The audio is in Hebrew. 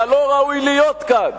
אתה לא ראוי להיות כאן.